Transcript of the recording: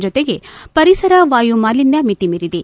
ಜತೆಗೆ ಪರಿಸರ ವಾಯು ಮಾಲಿನ್ನ ಮಿತಿ ಮೀರಿದೆ